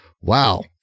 wow